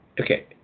Okay